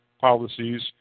policies